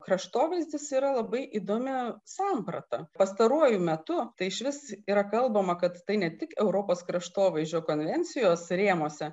kraštovaizdis yra labai įdomi samprata pastaruoju metu tai išvis yra kalbama kad tai ne tik europos kraštovaizdžio konvencijos rėmuose